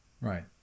Right